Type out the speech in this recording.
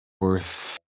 worth